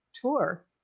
tour